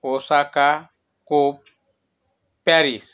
Osaka coke Paris